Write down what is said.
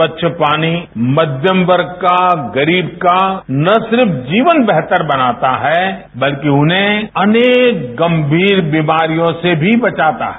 स्वच्छ पानी मध्यम वर्ग का गरीब का न सिर्फ जीवन बेहतर बनाता है बल्कि उन्हें अनेक गंभीर बीमारियों से भी बचाता है